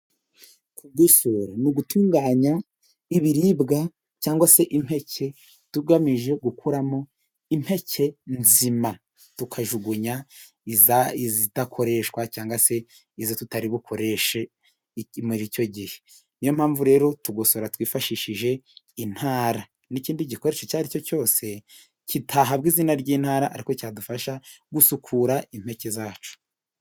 Kugosora ni ugutunganya ibiribwa, cyangwa se impeke, tugamije gukuramo impeke nzima. Tukajugunya izidakoreshwa, cyangwa se izo tutari bukoreshe, muri icyo gihe. Niyo mpamvu rero tugosora twifashishije intara. N'ikindi gikoresho icyo ari cyo cyose, kitahabwa izina ry'intara, ariko cyadufasha gusukura impeke zacu.